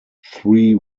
three